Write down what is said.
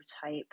type